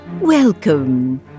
Welcome